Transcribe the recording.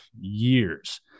years